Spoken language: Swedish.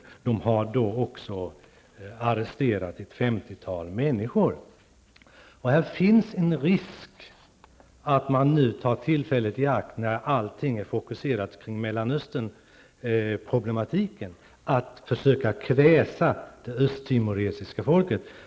Man har också arresterat ett femtiotal människor. Här föreligger en risk att man när allt intresse är fokuserat på Mellanösternproblematiken försöker kväsa det östtimoresiska folket.